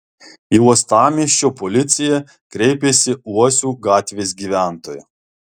į uostamiesčio policiją kreipėsi uosių gatvės gyventoja